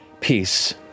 peace